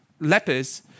lepers